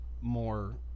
more